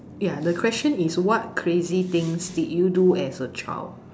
ya the question is what crazy things did you do as a child